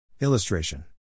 Illustration